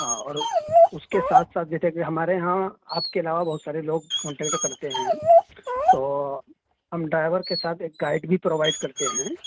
ہاں اور اس کے ساتھ ساتھ جیسے کہ ہمارے یہاں آپ کے علاوہ بہت سارے لوگ کانٹکیٹ کرتے ہیں تو ہم ڈرائیور کے ساتھ ایک گائیڈ بھی پرووائڈ کرتے ہیں